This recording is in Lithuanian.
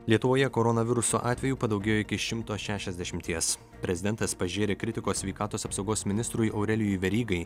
lietuvoje koronaviruso atvejų padaugėjo iki šimto šešiasdešimties prezidentas pažėrė kritikos sveikatos apsaugos ministrui aurelijui verygai